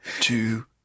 two